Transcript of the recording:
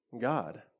God